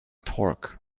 torque